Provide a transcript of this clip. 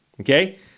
Okay